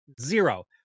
zero